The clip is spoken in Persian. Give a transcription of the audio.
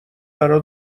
برا